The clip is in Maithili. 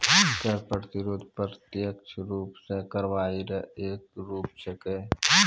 कर प्रतिरोध प्रत्यक्ष रूप सं कार्रवाई रो एक रूप छिकै